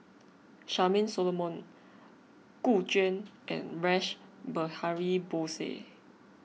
Charmaine Solomon Gu Juan and Rash Behari Bose